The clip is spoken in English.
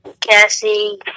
Cassie